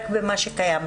רק במה שקיים.